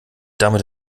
damit